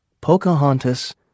Pocahontas